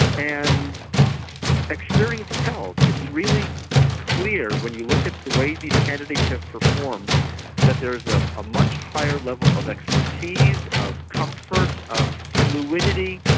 and experience tells. it's really clear when you look at the way these candidates have performed that there's a ah much higher level of expertise, of comfort, of fluidity,